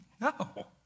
No